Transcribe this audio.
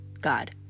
God